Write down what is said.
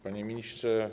Panie Ministrze!